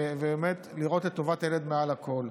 ובאמת לראות את טובת הילד מעל הכול.